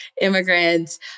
immigrants